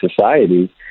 society